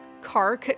car